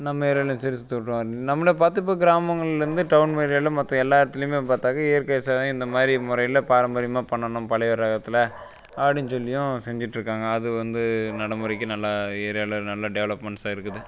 நம்ம ஏரியாலயும் நம்மளை பார்த்து இப்போ கிராமங்களில் இருந்து டவுன் மாதிரி ஏரியாவில மற்ற எல்லா இடத்துலயுமே பார்த்தாக்கா இயற்கை விவசாயம் இந்த மாதிரி முறையில பாரம்பரியமாக பண்ணனும் பழைய இடத்துல அப்படினு சொல்லியும் செஞ்சிகிட்டு இருக்காங்க அது வந்து நடைமுறைக்கு நல்லா ஏரியாவில நல்ல டெவலப்மெண்ட்ஸாக இருக்குது